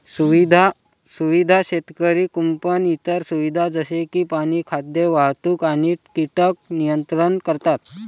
सुविधा शेतकरी कुंपण इतर सुविधा जसे की पाणी, खाद्य, वाहतूक आणि कीटक नियंत्रण करतात